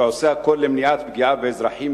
שעושה הכול למניעת פגיעה באזרחים,